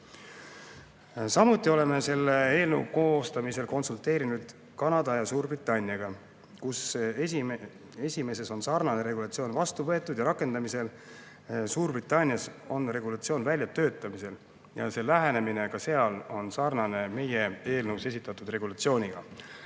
Samuti oleme selle eelnõu koostamisel konsulteerinud Kanada ja Suurbritanniaga. Esimeses on sarnane regulatsioon vastu võetud ja rakendamisel, Suurbritannias on regulatsioon väljatöötamisel ja see lähenemine on sarnane meie eelnõus esitatud regulatsiooniga.